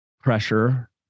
pressure